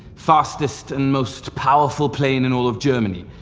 fastest and most powerful plane in all of germany.